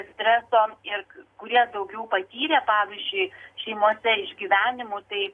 streso ir kurie daugiau patyrė pavyzdžiui šeimose išgyvenimų tai